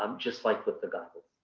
um just like with the goggles.